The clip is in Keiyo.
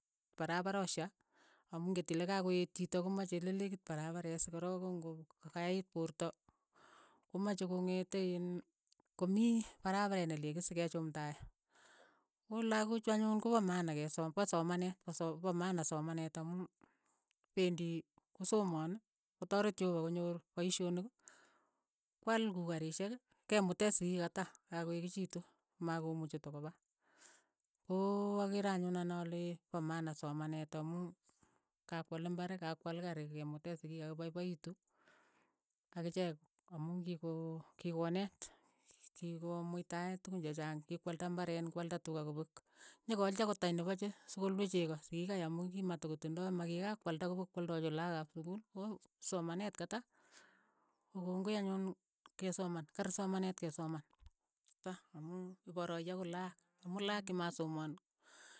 Paraparoshek amu ing'et ile ka koeet chiito ko mache ole lekiit parapareet soko rook ko ng'o kayait poorto komache kongetei iin ko mii parapareet ne lekiit se ke chumndae, ko lakochu anyun ko pa maana ke pa kesom pa somanet pa so pa maana somaneet amu pendi kosomaan kotaret cheopa konyoor paishonik kwal kuu karishek, ke mutee sikiik kata, ka koeechikitu, ma komuchi tokopa, koo akere anyun ane ale pa maana soamnet amu kakwal imbar, kakwal kari sekemutee sikiik ako paipaitu akichek amu ng'iko kikoneet kikomuitae tukun chechaang kikwalda imbareen kwalda tuka kopek, nyokoaalchi ako teny nepo chei, so ko lue cheko sikiik kei amu ki ma to kotindai ma ki ka kwaalda kopek kwoldochii lakok ap sukuul, somaneet katak ko kongoi anyun ke soman, kararan somanet ke sooman ra amuu iporai akot lakok, amu lakok chi masomaan.